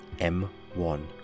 M1